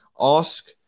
ask